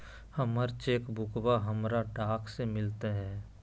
हमर चेक बुकवा हमरा डाक से मिललो हे